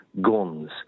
guns